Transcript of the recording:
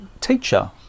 teacher